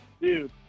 Dude